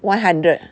one hundred